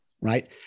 right